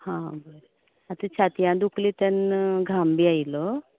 हां बरें आतां छातयान दुखली तेन्ना घाम बी आयिल्लो